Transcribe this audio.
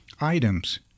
items